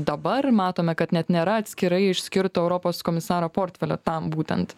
dabar matome kad net nėra atskirai išskirto europos komisaro portfelio tam būtent